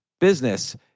business